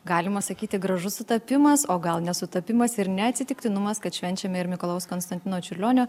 galima sakyti gražus sutapimas o gal nesutapimas ir neatsitiktinumas kad švenčiame ir mikalojaus konstantino čiurlionio